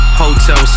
hotel